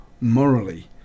Morally